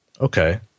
okay